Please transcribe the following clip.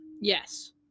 Yes